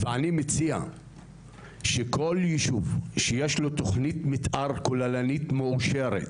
ואני מציע שכל ישוב שיש לו תוכנית מתאר כוללנית מאושרת,